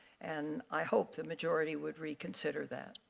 and i hope the majority would reconsider that.